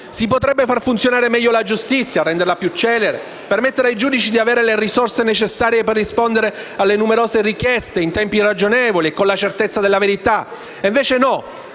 Si potrebbe far funzionare meglio la giustizia, renderla più celere, permettere ai giudici di avere le risorse necessarie per rispondere alle numerose richieste in tempi ragionevoli e con la certezza della verità. E invece no;